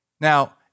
Now